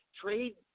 trade